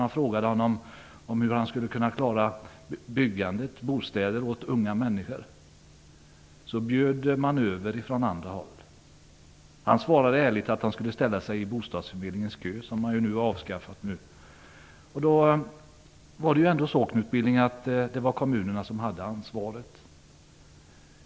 Man frågade honom hur man skulle klara byggandet av bostäder åt unga människor och man bjöd över från andra håll. Han svarade ärligt att han skulle ställa sig i bostadsförmedlingens kö. Den har man ju nu avskaffat. Då hade kommunerna ansvaret.